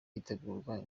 gitegurwa